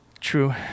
True